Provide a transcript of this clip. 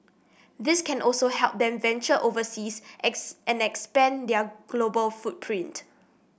this can also help them venture overseas and expand their global footprint